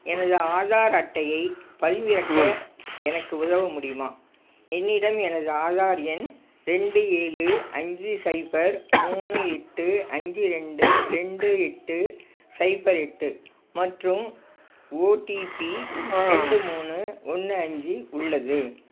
எனது ஆதார் அட்டையை பதிவிறக்க எனக்கு உதவ முடியுமா என்னிடம் எனது ஆதார் எண் ரெண்டு ஏழு அஞ்சு சைஃபர் மூணு எட்டு அஞ்சு ரெண்டு ரெண்டு எட்டு சைஃபர் எட்டு மற்றும் ஓடிபி ரெண்டு மூணு ஒன்று அஞ்சு உள்ளது